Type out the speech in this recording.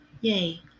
Yay